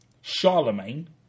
Charlemagne